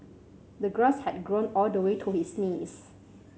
the grass had grown all the way to his knees